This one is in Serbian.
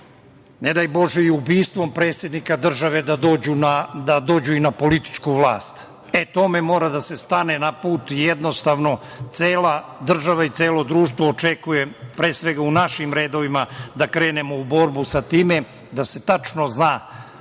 ne daj Bože, i o ubistvu predsednika države, da dođu i na političku vlast. Tome mora da se stane na put. Jednostavno, cela država i celo društvo očekuje, pre svega u našim redovima, da krenemo u borbu sa tim, da se tačno zna